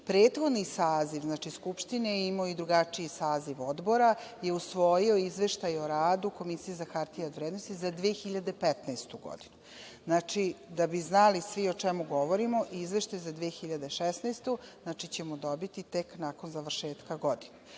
Prethodni saziv, Skupštine, imao je i drugačiji saziv odbora je usvojio Izveštaj o radu Komisije za hartije od vrednosti za 2015. godinu. Znači, da bi znali svi o čemu govorimo, Izveštaj za 2016. godinu ćemo dobiti tek nakon završetka godine.